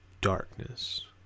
Darkness